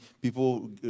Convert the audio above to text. people